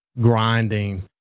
grinding